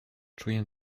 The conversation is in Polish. czuję